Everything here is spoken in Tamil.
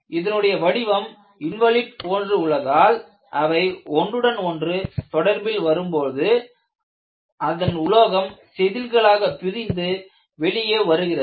அதனுடைய வடிவம் இன்வலிட் போன்று உள்ளதால் அவை ஒன்றுடன் ஒன்று தொடர்பில் வரும்பொழுது அதன் உலோகம் செதில்களாக பிரிந்து வெளியே வருகிறது